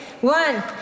one